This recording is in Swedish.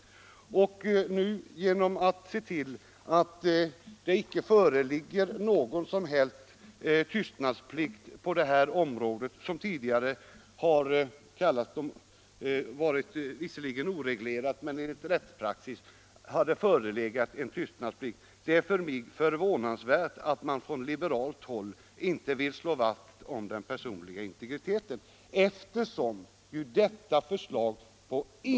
Att man från liberalt håll nu vill se till att det inte föreligger någon som helst tystnadsplikt för offentliga funktionärer — detta område har visserligen varit oreglerat, men enligt rättspraxis har det förelegat tystnadsplikt — och inte vill slå vakt om den personliga integriteten förvånar mig verkligen.